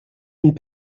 une